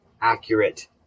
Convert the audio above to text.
accurate